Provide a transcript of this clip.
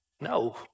No